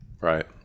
Right